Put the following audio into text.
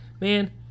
man